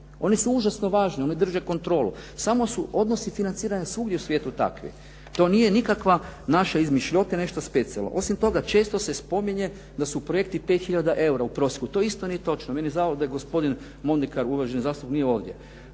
Oni su užasno važni, oni drže kontrolu, samo su odnosi financiranja svugdje u svijetu takvi. To nije nikakva naša izmišljotina, nešto specijalno. Osim toga, često se spominje da su projekti 5 hiljada eura u prosjeku. To isto nije točno. Meni je žao da gospodin Mondekar, uvaženi zastupnik, nije ovdje.